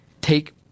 take